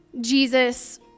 Jesus